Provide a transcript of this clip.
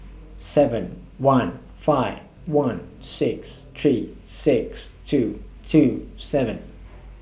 seven one five one six three six two two seven